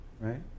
right